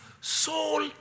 soul